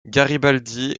garibaldi